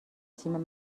تیم